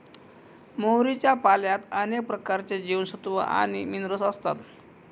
मोहरीच्या पाल्यात अनेक प्रकारचे जीवनसत्व आणि मिनरल असतात